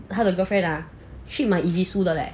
他的 girlfriend ah she 买 ibisu 的 leh